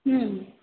হুম